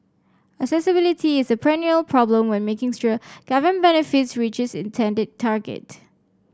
accessibility is a perennial problem when making sure government benefits reach its intended target